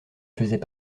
faisait